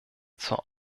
zur